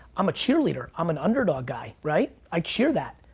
i'm a cheerleader, i'm an underdog guy, right? i cheer that.